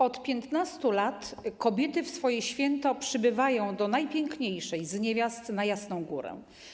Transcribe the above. Od 15 lat kobiety w swoje święto przybywają do najpiękniejszej z niewiast na Jasną Górę.